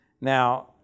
Now